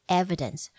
evidence